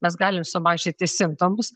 mes galim sumažinti simptomus